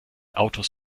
autos